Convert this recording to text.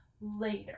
later